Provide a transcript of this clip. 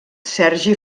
sergi